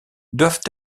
doivent